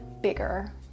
bigger